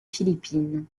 philippines